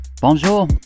bonjour